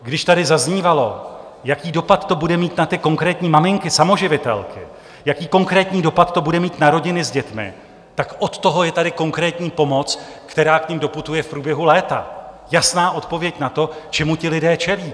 Když tady zaznívalo, jaký dopad to bude mít na konkrétní maminky samoživitelky, jaký konkrétní dopad to bude mít na rodiny s dětmi, tak od toho je tady konkrétní pomoc, která k nim doputuje v průběhu léta, jasná odpověď na to, čemu ti lidé čelí.